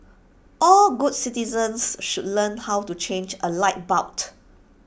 all good citizens should learn how to change A light bulb